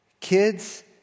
kids